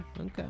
okay